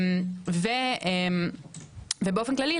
ובאופן כללי,